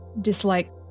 dislike